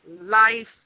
life